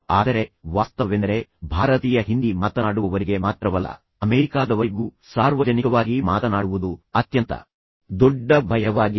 ಆದರೆ ವಾಸ್ತವವೆಂದರೆ ಭಾರತೀಯ ಹಿಂದಿ ಮಾತನಾಡುವವರಿಗೆ ಮಾತ್ರವಲ್ಲ ಅಮೆರಿಕಾದವರಿಗೂ ಸಾರ್ವಜನಿಕವಾಗಿ ಮಾತನಾಡುವುದು ಅತ್ಯಂತ ದೊಡ್ಡ ಭಯವಾಗಿದೆ